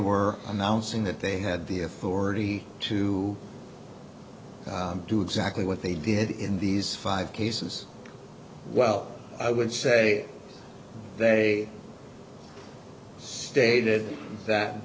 were announcing that they had the authority to do exactly what they did in these five cases well i would say they stated that